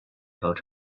dot